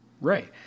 Right